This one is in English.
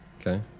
Okay